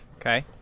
okay